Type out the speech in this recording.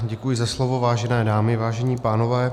Děkuji za slovo, vážené dámy, vážení pánové.